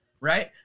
right